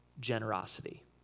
generosity